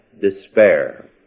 despair